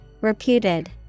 Reputed